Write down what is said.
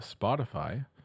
Spotify